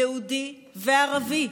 יהודי וערבי,